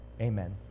Amen